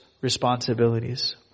responsibilities